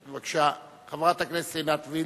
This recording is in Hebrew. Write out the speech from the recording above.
בבקשה, חברת הכנסת עינת וילף.